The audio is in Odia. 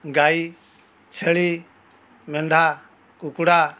ଗାଈ ଛେଳି ମେଣ୍ଢା କୁକୁଡ଼ା